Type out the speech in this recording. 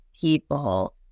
people